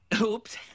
Oops